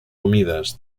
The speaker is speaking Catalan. humides